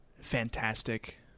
fantastic